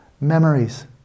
memories